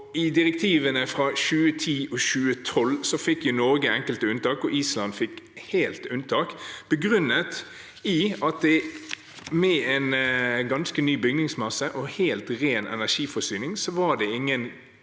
I direktivene fra 2010 og 2012 fikk Norge enkelte unntak, og Island fikk helt unntak, begrunnet i at det med en ganske ny bygningsmasse og helt ren energiforsyning ikke var noen